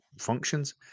functions